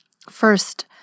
First